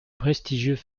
prestigieux